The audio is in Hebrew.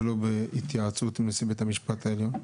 ולא התייעצות עם נשיא בית המשפט העליון?